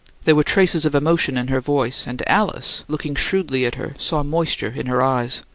there were traces of emotion in her voice, and alice, looking shrewdly at her, saw moisture in her eyes.